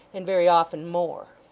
and very often more.